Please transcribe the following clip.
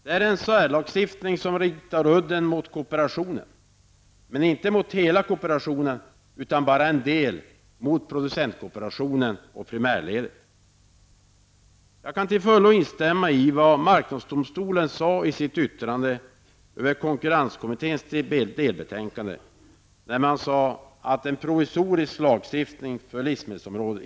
Det är en särlagstiftning som riktar udden mot kooperationen, men inte mot hela kooperationen utan bara mot producentkooperationen och primärledet. Jag kan till fullo instämma i det som marknadsdomstolen sade i sitt yttrande över konkurrenskommitténs delbetänkande. Man sade att det inte är nödvändigt med en provisorisk lagstiftning för livsmedelsområdet.